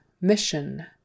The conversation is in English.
mission